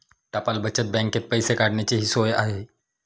टपाल बचत बँकेत पैसे काढण्याचीही सोय आहे